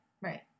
Right